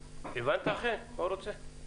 גדול.